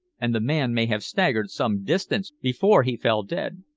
and the man may have staggered some distance before he fell dead.